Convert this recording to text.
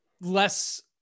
less